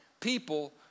People